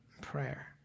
prayer